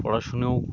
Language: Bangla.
পড়াশুনো ও